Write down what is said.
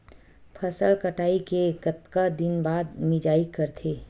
फसल कटाई के कतका दिन बाद मिजाई करथे?